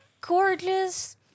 gorgeous